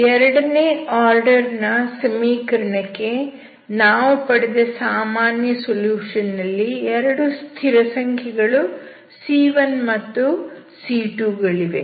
ಎರಡನೇ ಆರ್ಡರ್ ನ ಸಮೀಕರಣಕ್ಕೆ ನಾವು ಪಡೆದ ಸಾಮಾನ್ಯ ಸೊಲ್ಯೂಷನ್ ನಲ್ಲಿ 2 ಸ್ಥಿರಸಂಖ್ಯೆಗಳು c1 ಮತ್ತು c2 ಗಳಿವೆ